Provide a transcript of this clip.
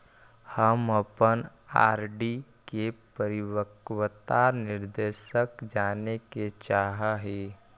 हम अपन आर.डी के परिपक्वता निर्देश जाने के चाह ही